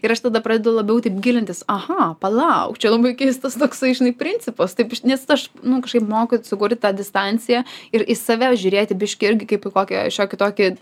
ir aš tada pradedu labiau taip gilintis aha palauk čia labai keistas toksai žinai principas taip nes aš nu kažkaip moku sukurt tą distanciją ir į save žiūrėti biškį irgi kaip į kokį šiokį tokį